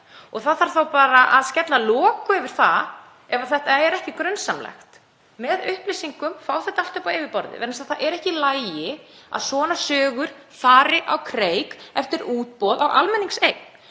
Það þarf þá bara að fá það á hreint ef þetta er ekki grunsamlegt, með upplýsingum, fá þetta allt upp á yfirborðið, vegna þess að það er ekki í lagi að svona sögur fari á kreik eftir útboð á almenningseign.